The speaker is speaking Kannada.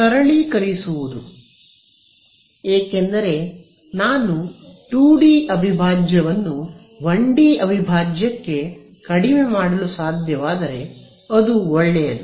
ಸರಳೀಕರಿಸುವುದು ಏಕೆಂದರೆ ನಾನು 2 ಡಿ ಅವಿಭಾಜ್ಯವನ್ನು 1 ಡಿ ಅವಿಭಾಜ್ಯಕ್ಕೆ ಕಡಿಮೆ ಮಾಡಲು ಸಾಧ್ಯವಾದರೆ ಅದು ಒಳ್ಳೆಯದು